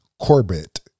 Corbett